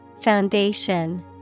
Foundation